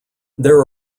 there